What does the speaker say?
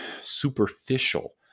superficial